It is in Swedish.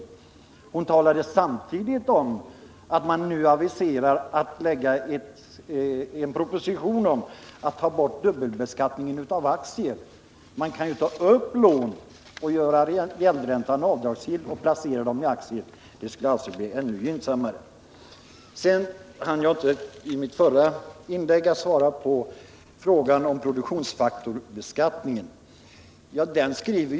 Fru Troedsson talade samtidigt om att man nu aviserar framläggandet av en proposition om avskaffande av dubbelbeskattningen av aktier. Man kan ju ta upp lån med avdragsgill gäldränta och placera pengarna i aktier, och sådana transaktioner skulle då bli ännu gynnsammare än nu. Jag hann i mitt förra anförande inte svara på frågan om produktionsfaktorbeskattningen.